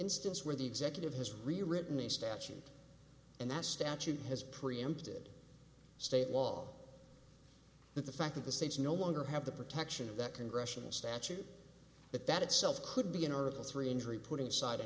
instance where the executive has rewritten a statute and that statute has preempted state law the fact that the states no longer have the protection of that congressional statute but that itself could be in article three injury putting aside